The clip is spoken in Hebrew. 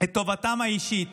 את טובתם האישית